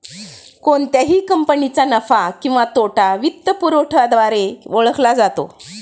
कोणत्याही कंपनीचा नफा किंवा तोटा वित्तपुरवठ्याद्वारेही ओळखला जातो